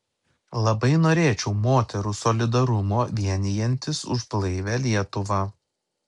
labai norėčiau moterų solidarumo vienijantis už blaivią lietuvą